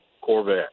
Corvette